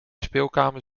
speelkamer